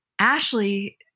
Ashley